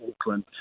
Auckland